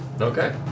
Okay